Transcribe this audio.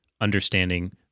understanding